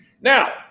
Now